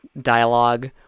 dialogue